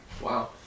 Wow